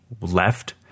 left